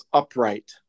upright